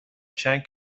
چند